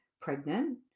pregnant